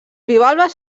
bivalves